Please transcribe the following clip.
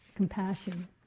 Compassion